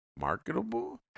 marketable